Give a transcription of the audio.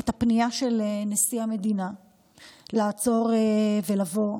את הפנייה של נשיא המדינה לעצור ולבוא,